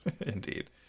indeed